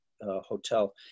hotel